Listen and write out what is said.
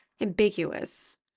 ambiguous